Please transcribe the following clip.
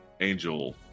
angel